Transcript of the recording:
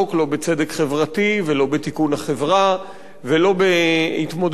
לא בצדק חברתי ולא בתיקון החברה ולא בהתמודדות עם